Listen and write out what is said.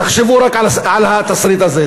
תחשבו רק על התסריט הזה.